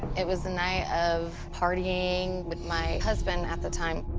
it was a night of partying with my husband at the time,